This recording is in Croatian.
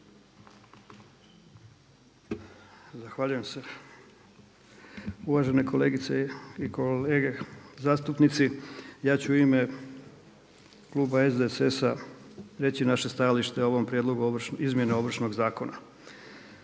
Zahvaljujem se, uvažene kolegice i kolege zastupnici. Ja ću u ime kluba SDSS-a, reći naše stajalište o ovom prijedlogu Izmjene ovršnoga zakona.